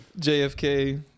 JFK